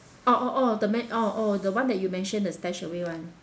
oh oh oh the men~ oh oh the one that you mention the stashed away [one]